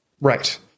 Right